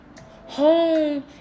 Home